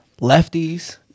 Lefties